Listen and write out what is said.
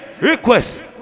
request